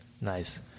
Nice